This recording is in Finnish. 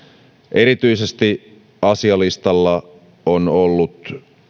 erityisesti asialistalla on ollut